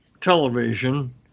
television